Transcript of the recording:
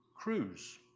cruise